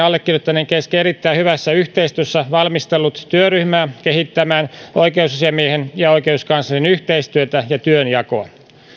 allekirjoittaneen kesken erittäin hyvässä yhteistyössä valmistellut työryhmää kehittämään oikeusasiamiehen ja oikeuskanslerin yhteistyötä ja työnjakoa